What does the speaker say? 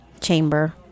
chamber